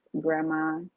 grandma